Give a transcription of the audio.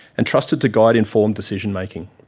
and trusted to guide informed decision-making.